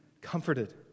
comforted